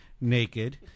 naked